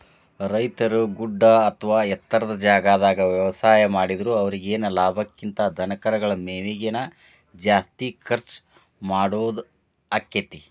ರೈತರು ಗುಡ್ಡ ಅತ್ವಾ ಎತ್ತರದ ಜಾಗಾದಾಗ ವ್ಯವಸಾಯ ಮಾಡಿದ್ರು ಅವರೇಗೆ ಲಾಭಕ್ಕಿಂತ ಧನಕರಗಳ ಮೇವಿಗೆ ನ ಜಾಸ್ತಿ ಖರ್ಚ್ ಮಾಡೋದಾಕ್ಕೆತಿ